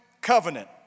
covenant